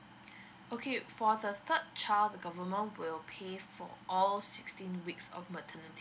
okay for the third child the government will pay for all sixteen weeks of maternity